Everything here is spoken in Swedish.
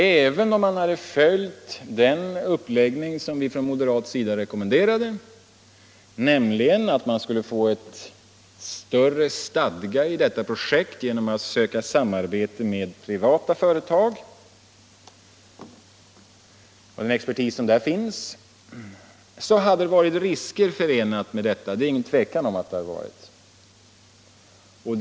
Även om man hade följt den uppläggning som vi från moderat sida rekommenderade, nämligen att man skulle få större stadga i detta projekt genom att söka samarbete med privata företag och den expertis som där finns, så hade risker varit förenade med detta — det råder det inget tvivel om.